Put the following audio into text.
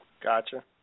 Gotcha